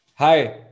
Hi